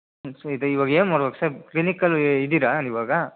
ಇದು ಈವಾಗ ಏನು ಮಾಡ್ಬೇಕು ಸರ್ ಕ್ಲಿನಿಕಲ್ಲಿ ಇದ್ದೀರಾ ಈವಾಗ